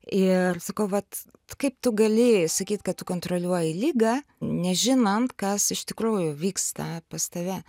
ir sakau vat kaip tu gali sakyt kad tu kontroliuoji ligą nežinant kas iš tikrųjų vyksta pas tave